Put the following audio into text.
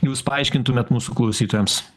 jūs paaiškintumėt mūsų klausytojams